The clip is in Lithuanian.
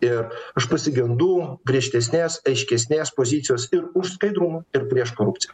ir aš pasigendu griežtesnės aiškesnės pozicijos ir už skaidrumą ir prieš korupciją